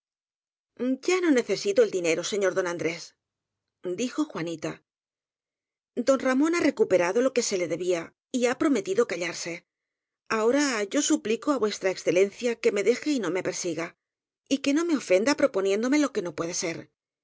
y a no necesito el dinero señor don andrés i dijo juanita d on ramón ha recuperado lo que se le debía y ha prometido callarse ahora yo su plico á v e que me deje y no me persiga y que no me ofenda proponiéndome lo que no puede ser